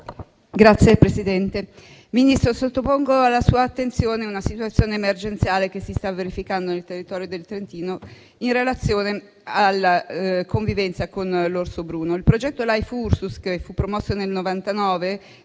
Signor Presidente, signor Ministro, sottopongo alla sua attenzione una situazione emergenziale che si sta verificando nel territorio del Trentino in relazione alla convivenza con l'orso bruno. Il progetto Life Ursus che fu promosso nel 1999